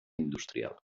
industrial